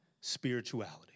spirituality